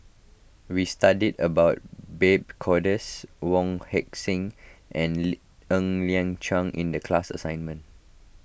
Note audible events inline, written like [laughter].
we studied about Babes Conde Wong Heck Sing and [noise] Ng Liang Chiang in the class assignment